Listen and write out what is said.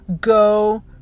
go